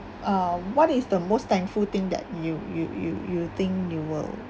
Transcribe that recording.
uh what is the most thankful thing that you you you you think you will